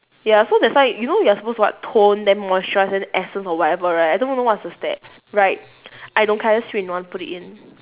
ya so that's why you know you are supposed to what tone then moisturise then essence or whatever right I don't even know what's the steps right I don't care I just three in one put it in